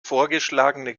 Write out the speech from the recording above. vorgeschlagene